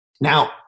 Now